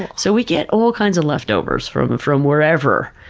and so we get all kinds of leftovers from from wherever.